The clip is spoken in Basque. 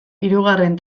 hirugarren